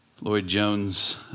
Lloyd-Jones